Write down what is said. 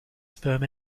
sperm